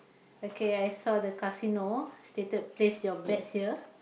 okay I saw the casino stated place your bets here